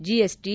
GST